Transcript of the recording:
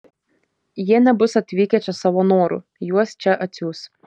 jie nebus atvykę čia savo noru juos čia atsiųs